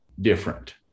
different